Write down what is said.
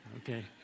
Okay